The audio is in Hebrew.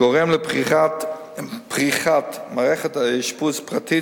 גורמים לפריחת מערכת אשפוז פרטית,